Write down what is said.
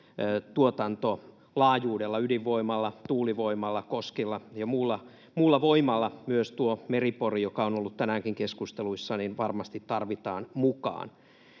tuotantolaajuudella: ydinvoimalla, tuulivoimalla, koskilla ja muulla voimalla, ja myös tuo Meri-Pori, joka on ollut tänäänkin keskusteluissa, varmasti tarvitaan mukaan.